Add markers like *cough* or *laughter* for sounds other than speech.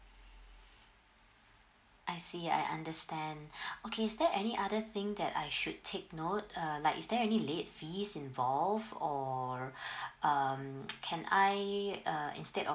*breath* I see I understand *breath* okay is there any other thing that I should take note uh like is there any late fees involved or *breath* um can I uh instead of